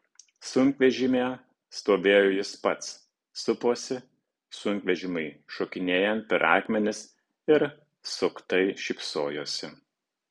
sunkvežimyje stovėjo jis pats suposi sunkvežimiui šokinėjant per akmenis ir suktai šypsojosi